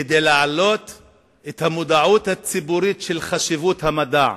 כדי להעלות את המודעות הציבורית לחשיבות המדע.